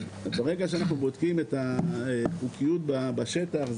ברגע שאנחנו בודקים את החוקיות בשטח,